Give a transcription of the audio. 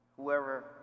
whoever